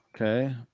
Okay